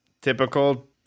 typical